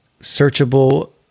searchable